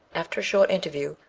after a short interview,